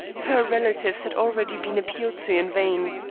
her relatives had already been appealed to in vain.